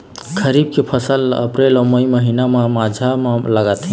खरीफ के फसल ला अप्रैल अऊ मई महीना के माझा म लगाथे